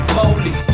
holy